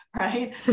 right